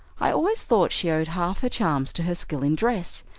i always thought she owed half her charms to her skill in dress,